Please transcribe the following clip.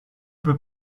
peux